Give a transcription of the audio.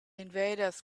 invaders